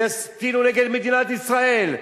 וישטינו נגד מדינת ישראל,